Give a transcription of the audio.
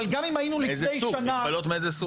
אבל גם אם היינו לפני שנה --- מגבלות מאיזה סוג?